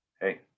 Hey